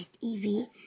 Evie